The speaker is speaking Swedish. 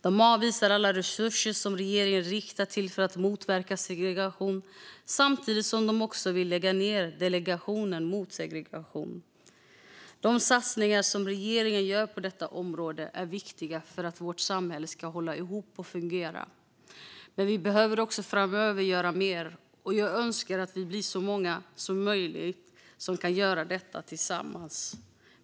De avvisar alla resurser som regeringen riktar till att motverka segregation, samtidigt som de också vill lägga ned Delegationen mot segregation. De satsningar som regeringen gör på detta område är viktiga för att vårt samhälle ska hålla ihop och fungera. Men vi behöver framöver göra mer, och jag önskar att vi blir så många som möjligt som kan göra det tillsammans.